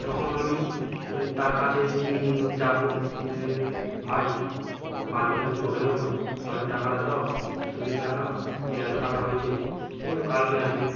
তখন আমি তার কাছে যাবো যে ভাই পাঁচ বছরের তো হয়ে গেল তাহলে টাকাটা দাও সুদের টাকা যে এতো টাকা হয়েছে সে বলছে কালকে আসবে